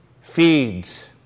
feeds